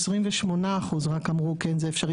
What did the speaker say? רק 28% מהמשיבים ענו שזה אפשרי.